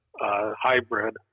hybrid